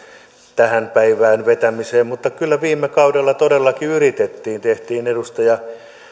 tähän päivään vetämisestä mutta kyllä viime kaudella todellakin yritettiin tehtiin edustaja